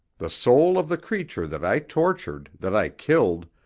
the soul of the creature that i tortured, that i killed,